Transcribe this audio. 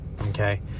Okay